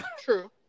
true